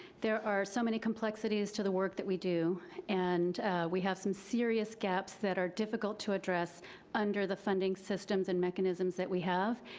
there are so many complexities to the work that we do and we have some serious gaps that are difficult to address under the funding systems and mechanisms that we have,